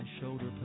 shoulder